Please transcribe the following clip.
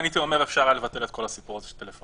אני הייתי אומר שאפשר היה לבטל את כל הסיפור הזה של הטלפון,